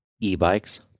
E-Bikes